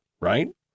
right